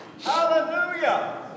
Hallelujah